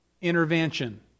intervention